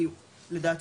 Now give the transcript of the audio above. לדעתי,